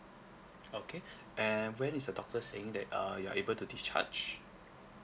okay and when is a doctor saying that uh you are able to discharge